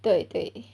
对对